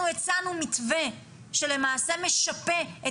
בלי להיות טבעי, בלי להיות צמחוני, אנשים